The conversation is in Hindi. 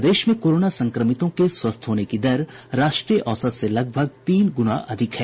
प्रदेश में कोरोना संक्रमितों के स्वस्थ होने की दर राष्ट्रीय औसत से लगभग तीन गुना अधिक है